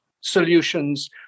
solutions